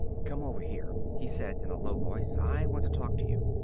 come over here, he said in a low voice. i want to talk to you.